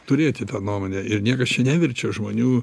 turėti tą nuomonę ir niekas čia neverčia žmonių